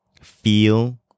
feel